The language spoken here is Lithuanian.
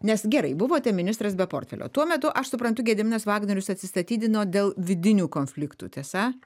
nes gerai buvote ministras be portfelio tuo metu aš suprantu gediminas vagnorius atsistatydino dėl vidinių konfliktų tiesa